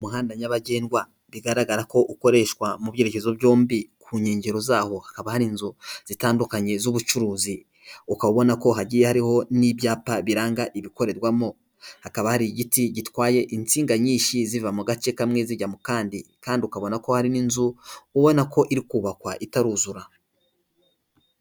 Umuhanda nyabagendwa, bigaragara ko ukoreshwa mu byerekezo byombi, ku nkengero zahobari inzu zitandukanye z'ubucuruzi, ukabona ko hagiye hariho n'ibyapa biranga ibikorerwamo, hakaba hari igiti gitwaye insinga nyinshi ziva mu gace kamwe zijya mu kandi, kandi ukabona ko hari n'inzu, ubona ko iri kubakwa itaruzura.